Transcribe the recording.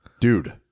Dude